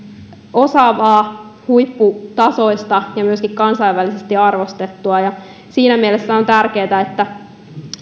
osaavaa huipputasoista ja myöskin kansainvälisesti arvostettua ja siinä mielessä on tärkeätä että